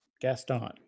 Gaston